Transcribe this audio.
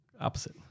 Opposite